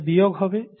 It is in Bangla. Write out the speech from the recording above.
এখানে বিয়োগ হবে